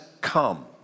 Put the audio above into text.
come